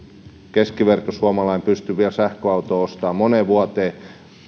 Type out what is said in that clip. keskivertosuomalainen pysty vielä sähköautoa ostamaan moneen vuoteen